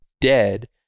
dead